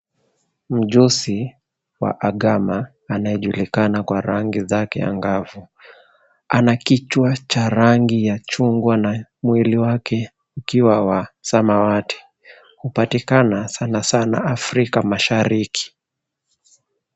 Mjusi wa agama anayejulikana kwa rangi zake angavu. Ana kichwa cha rangi ya chungwa na mwili wake ukiwa wa samawati. Hupatikana sana, sana Afrika Mashariki.